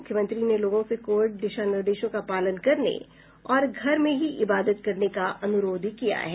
मुख्यमंत्री ने लोगों से कोविड दिशा निर्देशों का पालन करने और घर में ही इबादत करने का अनुरोध किया है